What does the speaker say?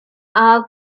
are